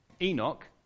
Enoch